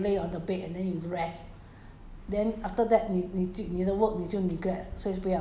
ya but you if you bathed already then you kind of like more lazy you will lay on the bed and then you rest